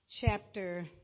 chapter